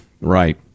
Right